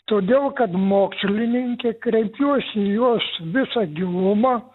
todėl kad mokslininkė kreipiuosi į jos visą gilumą